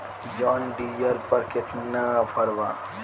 John Deere पर केतना offer बा?